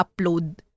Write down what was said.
upload